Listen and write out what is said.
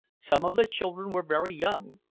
some of the children were very young,